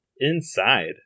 Inside